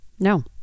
No